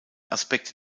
aspekte